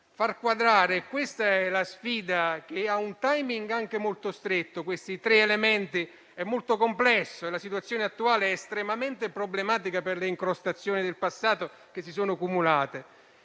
Far quadrare questi elementi - ecco la sfida, che ha un *timing* anche molto stretto - è molto complesso e la situazione attuale è estremamente problematica per le incrostazioni del passato che si sono cumulate.